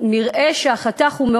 נראה שהחתך הוא מאוד